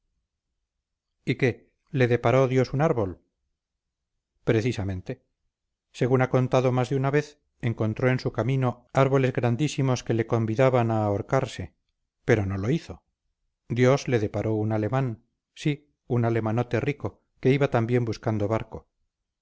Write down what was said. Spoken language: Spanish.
y qué le deparó dios un árbol precisamente según ha contado más de una vez encontró en su camino árboles grandísimos que le convidaban a ahorcarse pero no lo hizo dios le deparó un alemán sí un alemanote rico que iba también buscando barco